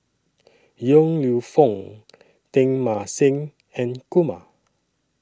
Yong Lew Foong Teng Mah Seng and Kumar